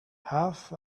half